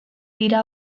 dira